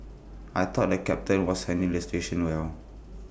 I thought the captain was handling the situation well